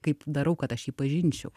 kaip darau kad aš jį pažinčiau